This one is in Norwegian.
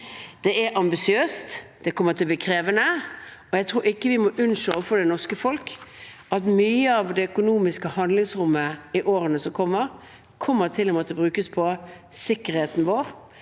Det er ambisiøst, det kommer til å bli krevende, og jeg tror ikke vi må unnskylde overfor det norske folk at mye av det økonomiske handlingsrommet i årene som kommer, kommer til å måtte brukes på sikkerheten vår.